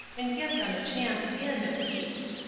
and give them a chance in, at least.